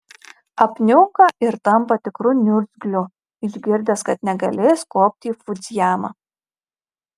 apniunka ir tampa tikru niurzgliu išgirdęs kad negalės kopti į fudzijamą